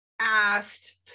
asked